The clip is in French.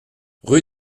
rue